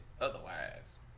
otherwise